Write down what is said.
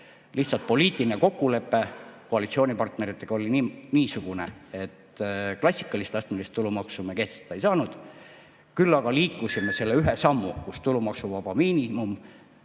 Lihtsalt poliitiline kokkulepe koalitsioonipartneritega oli niisugune, et klassikalist astmelist tulumaksu me kehtestada ei saanud. Küll aga liikusime edasi selle ühe sammu, tänu millele tulumaksuvaba miinimum